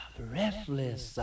breathless